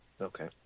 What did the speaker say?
Okay